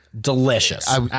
Delicious